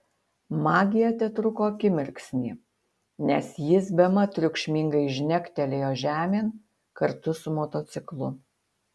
magija tetruko akimirksnį nes jis bemat triukšmingai žnektelėjo žemėn kartu su motociklu